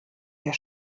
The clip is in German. der